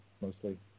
mostly